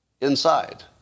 inside